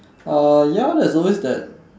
uh ya there's always that